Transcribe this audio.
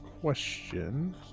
question